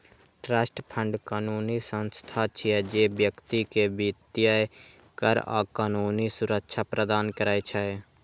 trust fund कानूनी संस्था छियै, जे व्यक्ति कें वित्तीय, कर आ कानूनी सुरक्षा प्रदान करै छै